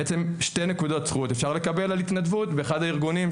בעצם שתי נקודות זכות אפשר לקבל על התנדבות באחד הארגונים,